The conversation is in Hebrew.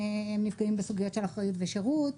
נפגעים בסוגיות של אחריות בשירות,